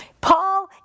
Paul